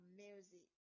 music